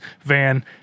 van